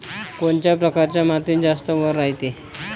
कोनच्या परकारच्या मातीत जास्त वल रायते?